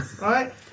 right